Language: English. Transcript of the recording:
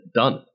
done